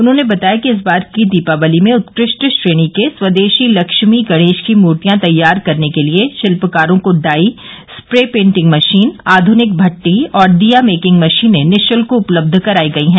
उन्होंने बताया कि इस बार की दीपावली में उत्कृष्ट श्रेणी के स्वदेशी लक्ष्मी गणेश की मूर्तिया तैयार करने के लिये शिल्पकारों को डाई स्प्रे पेटिंग मशीन आधुनिक भट्ठी और दिया मेकिंग मशीने निःशुल्क उपलब्ध कराई गई है